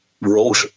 wrote